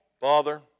Father